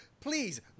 Please